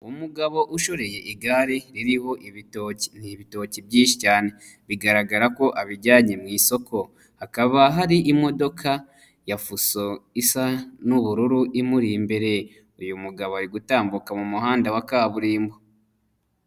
Umugabo ushoreye igare ririho ibitoki ni ibitoki byinshi cyane bigaragara ko abijyanye mu isoko hakaba hari imodoka ya fuso isa n'ubururu imuri imbere, uyu mugabo ari gutambuka mu muhanda wa kaburimbo.